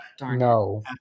no